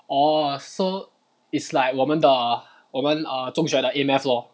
orh so it's like 我们的我们 err 中学的 A math lor